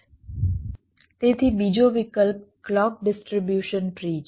તેથી બીજો વિકલ્પ ક્લૉક ડિસ્ટ્રીબ્યુશન ટ્રી છે